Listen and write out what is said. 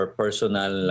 personal